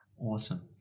Awesome